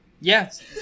Yes